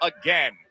again